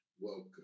welcome